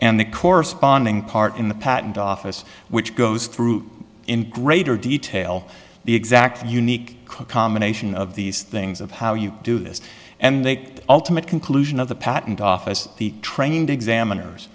and the corresponding part in the patent office which goes through in greater detail the exact unique combination of these things of how you do this and that ultimate conclusion of the patent office the trained examiners